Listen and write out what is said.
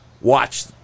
watch